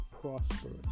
prosperous